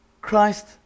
Christ